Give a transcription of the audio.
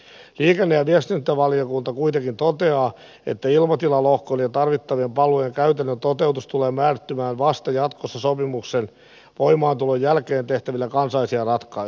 liikenne ja viestintävaliokunta kuitenkin toteaa että ilmatilalohkon ja tarvittavien palvelujen käytännön toteutus tulee määrittymään vasta jatkossa sopimuksen voimaantulon jälkeen tehtävillä kansallisilla ratkaisuilla